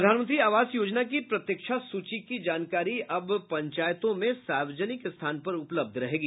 प्रधानमंत्री आवास योजना की प्रतीक्षा सूची की जानकारी अब पंचायतों में सार्वजनिक स्थान पर उपलब्ध रहेगी